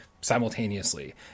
simultaneously